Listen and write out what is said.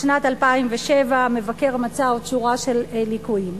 בשנת 2007 המבקר מצא עוד שורה של ליקויים.